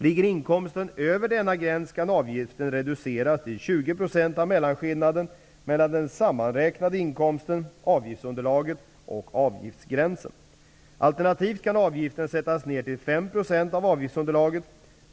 Ligger inkomsten över denna gräns kan avgiften reduceras till 20 % Alternativt kan avgiften sättas ned till 5 % av avgiftsunderlaget.